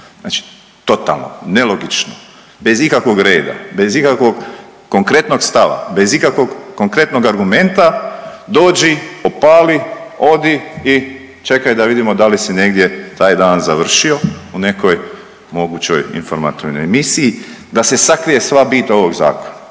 Znači totalno nelogično, bez ikakvog reda, bez ikakvog konkretnog stava, bez ikakvog konkretnog argumenta dođi, opali, odi i čekaj da vidimo da li si negdje taj dan završio u nekoj mogućoj informativnoj emisiji, da se sakrije sva bit ovog zakona